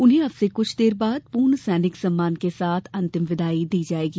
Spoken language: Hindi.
उन्हें अब से कुछ देर बाद पूर्ण सैनिक सम्मान के साथ अंतिम विदाई दी जायेगी